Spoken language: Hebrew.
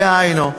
דהיינו,